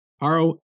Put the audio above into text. Haro